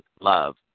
love